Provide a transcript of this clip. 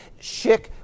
Schick